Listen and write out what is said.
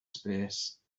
space